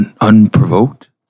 unprovoked